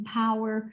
power